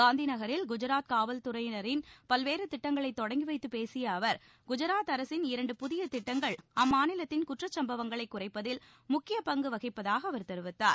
காந்தி நகரில் குஜராத் காவல் துறையின் பல்வேறு திட்டங்களை தொடங்கி வைத்துப் பேசிய அவர் குஜாத் அரசின் இரண்டு புதிய திட்டங்கள் அம்மாநிலத்தின் குற்றச்சம்பவங்களை குறைப்பதில் முக்கிய பங்கு வகிப்பதாக அவர் தெரிவித்தார்